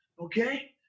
Okay